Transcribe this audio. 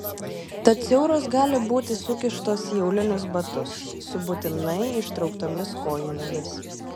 tad siauros gali būti sukištos į aulinius batus su būtinai ištrauktomis kojinėmis